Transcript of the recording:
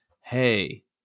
hey